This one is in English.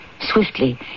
Swiftly